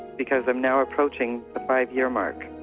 because i'm now approaching the five-year mark.